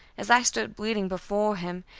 as i stood bleeding before him,